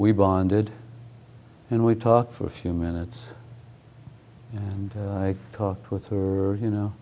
we bonded and we talked for a few minutes and i talked with were you know